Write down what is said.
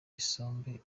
isombe